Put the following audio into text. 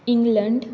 England